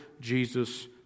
Jesus